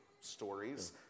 stories